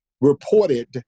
reported